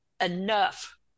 enough